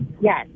Yes